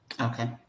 Okay